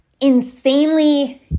insanely